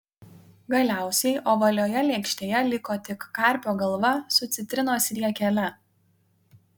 galiausiai ovalioje lėkštėje liko tik karpio galva su citrinos riekele